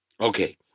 Okay